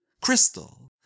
crystal